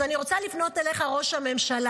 אז אני רוצה לפנות אליך, ראש הממשלה.